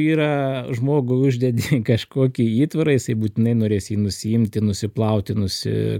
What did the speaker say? yra žmogui uždedi kažkokį įtvarą jisai būtinai norės jį nusiimti nusiplauti nusi